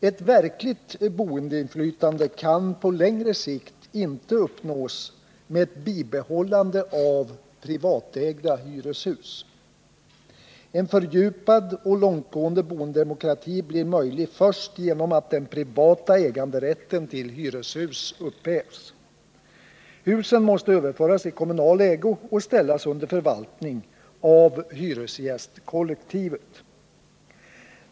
Ett verkligt boendeinflytande kan på längre sikt inte uppnås med ett bibehållande av privatägda hyreshus. En fördjupad och långtgående boendedemokrati blir möjlig först genom att den privata äganderätten till hyreshus upphävs. Husen måste överföras i kommunal ägo och ställas under förvaltning av hyresgästkollektivet.